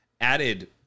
added